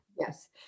Yes